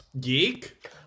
Geek